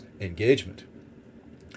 engagement